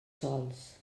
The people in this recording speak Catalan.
sols